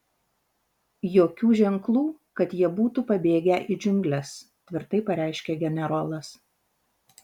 jokių ženklų kad jie būtų pabėgę į džiungles tvirtai pareiškė generolas